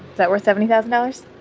that worth seventy thousand dollars?